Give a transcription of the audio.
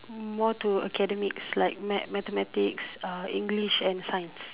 uh more toward academics like math mathematics uh English and science